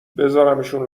بزارمشون